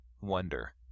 wonder